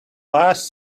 last